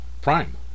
prime